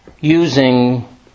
using